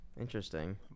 Interesting